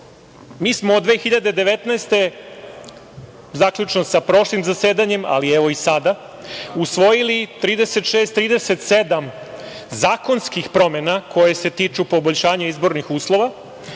smo od 2019. godine, zaključno sa prošlim zasedanjem, ali evo i sada, usvojili 36, 37 zakonskih promena koje se tiču poboljšanja izbornih uslova,